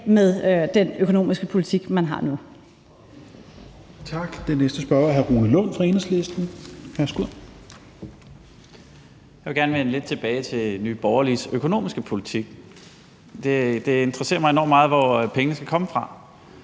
med den økonomiske politik, man har nu.